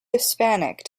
hispanic